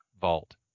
vault